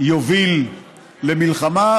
יוביל למלחמה,